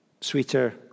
sweeter